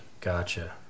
Gotcha